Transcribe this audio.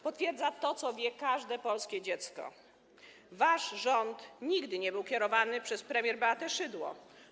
Potwierdza to, co wie każde polskie dziecko: Wasz rząd nigdy nie był kierowany przez premier Beatę Szydło.